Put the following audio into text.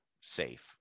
safe